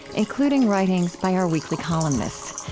including writings by our weekly columnists.